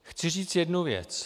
Chci říci jednu věc.